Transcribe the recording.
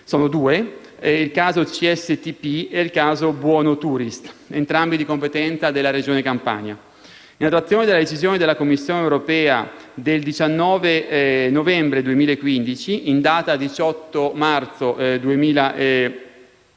concerne CSTP e Buonotourist, entrambi di competenza della Regione Campania. In attuazione della decisione della Commissione europea del 19 novembre 2015, in data 18 marzo 2016,